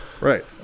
Right